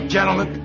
gentlemen